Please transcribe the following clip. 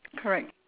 correct